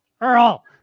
earl